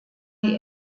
die